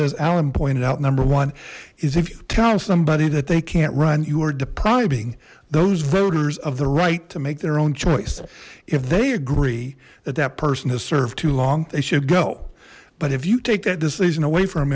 as allen pointed out number one is if you tell somebody that they can't run you are climbing those voters of the right to make their own choice if they agree that that person has served too long they should go but if you take that decision away from